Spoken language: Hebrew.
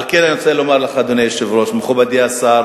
על כן אני רוצה לומר, אדוני היושב-ראש, מכובדי השר